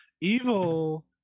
Evil